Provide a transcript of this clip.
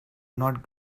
not